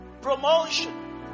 promotion